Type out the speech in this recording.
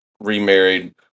remarried